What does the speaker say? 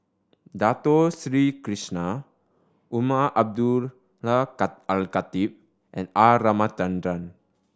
Dato Sri Krishna Umar Abdullah Al Khatib and R Ramachandran